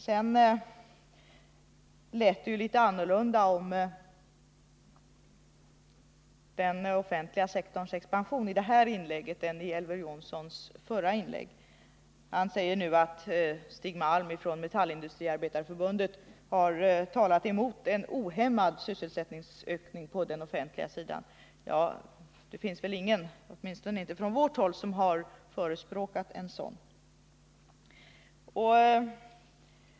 Det lät ju litet annorlunda om den offentliga sektorns expansion i det här inlägget än i hans förra. Han säger nu att Stig Malm från Metallindustriarbetareförbundet talat emot en ohämmad sysselsättningsökning på den offentliga sektorn. Men det finns väl ingen, åtminstone inte från vårt parti, som förespråkat en sådan.